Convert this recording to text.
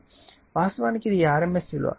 వాస్తవానికి ఇది rms విలువ